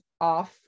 off